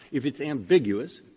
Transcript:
if it's ambiguous,